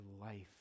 life